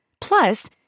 Plus